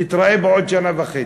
נתראה בעוד שנה וחצי.